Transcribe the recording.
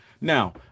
Now